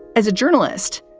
as a journalist,